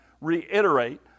reiterate